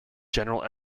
general